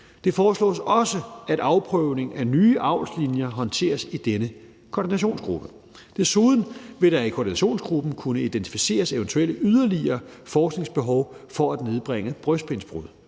Det foreslås også, at afprøvning af nye avlslinjer håndteres i denne koordinationsgruppe. Der vil desuden i koordinationsgruppen kunne identificeres eventuelle yderligere forskningsbehov for at nedbringe brystbensbrud.